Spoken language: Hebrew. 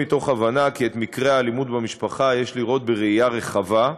מתוך הבנה שאת מקרי האלימות במשפחה יש לראות בראייה רחבה,